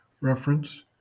Reference